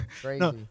Crazy